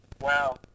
Wow